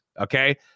Okay